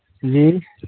جی